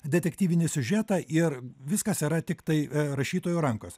detektyvinį siužetą ir viskas yra tiktai rašytojo rankos